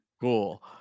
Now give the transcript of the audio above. cool